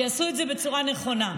שיעשו את זה בצורה נכונה.